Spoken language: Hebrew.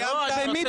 רגע, נו די, נגמר